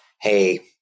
hey